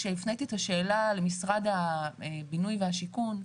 כשהפניתי את השאלה למשרד הבינוי והשיכון,